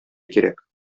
кирәк